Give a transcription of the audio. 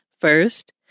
First